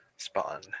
Spawn